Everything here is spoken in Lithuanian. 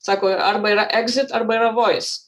sako arba yra egzit arba yra vois